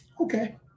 okay